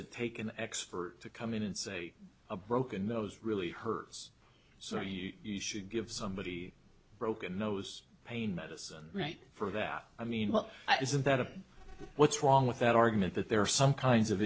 it take an expert to come in and say a broken nose really hurts so you should give somebody a broken nose pain medicine right for that i mean well isn't that a what's wrong with that argument that there are some kinds of